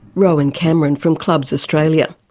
rowan cameron from clubs australia.